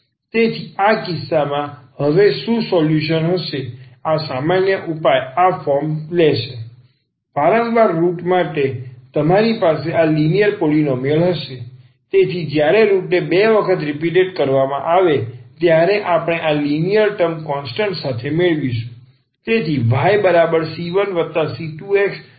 તેથી આ કિસ્સામાં હવે શું સોલ્યુશન હશે આ સામાન્ય ઉપાય આ ફોર્મ લેશે વારંવાર રુટ માટે તમારી પાસે આ લિનિયર પોલીનોમિયલ હશે તેથી જ્યારે રુટને 2 વખત રીપીટેટ કરવામાં આવે ત્યારે આપણે અહીં આ લિનિયર ટર્મ કોન્સ્ટન્ટ સાથે મેળવીશું